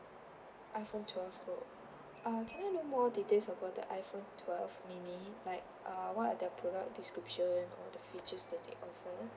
iphone twelve pro uh can I know more details about the iphone twelve mini like uh what are the product description all the features that they offer